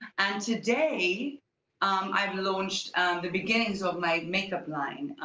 and today um i've launched the beginnings of my makeup line.